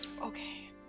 Okay